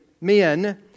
men